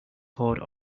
poured